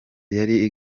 yari